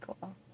cool